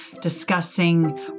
discussing